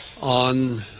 on